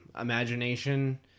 imagination